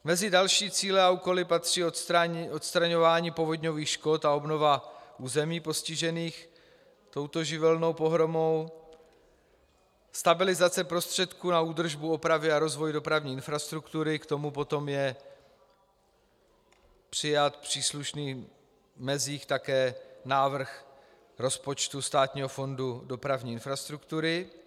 Mezi další cíle a úkoly patří odstraňování povodňových škod a obnova území postižených touto živelní pohromou, stabilizace prostředků na údržbu, opravy a rozvoj dopravní infrastruktury, k tomu potom je přijat v příslušných mezích také návrh rozpočtu Státního fondu dopravní infrastruktury.